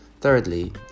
Thirdly